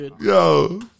Yo